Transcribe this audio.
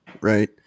Right